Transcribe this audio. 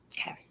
Okay